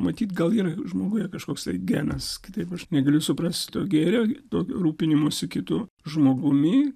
matyt gal yra žmoguje kažkoks tai genas kitaip aš negaliu suprast to gėrio tokio rūpinimosi kitu žmogumi